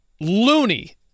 loony